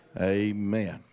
amen